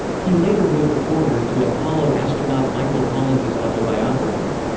he later wrote the foreword to apollo astronaut michael collins's autobiography.